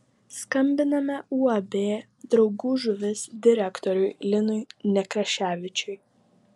skambiname uab draugų žuvis direktoriui linui nekraševičiui